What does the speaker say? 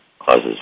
causes